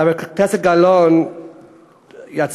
חברת הכנסת גלאון יצאה,